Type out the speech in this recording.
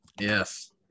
Yes